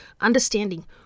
understanding